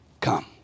Come